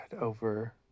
over